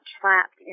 trapped